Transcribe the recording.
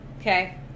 Okay